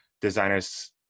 designers